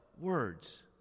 Words